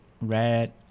Red